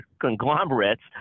conglomerates